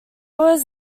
was